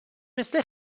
مثل